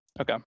Okay